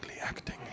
acting